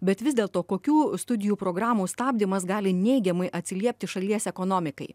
bet vis dėlto kokių studijų programų stabdymas gali neigiamai atsiliepti šalies ekonomikai